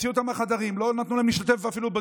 הוציאו אותם מהחדרים ולא נתנו להם אפילו להשתתף בדיונים.